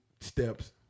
steps